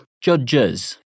Judges